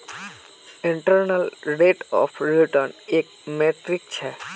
internal rate of return एक metric छ